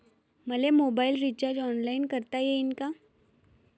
मले mobile recharge online करता येईन का?